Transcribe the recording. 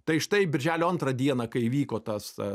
tai štai birželio antrą dieną kai vyko tas